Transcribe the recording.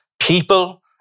people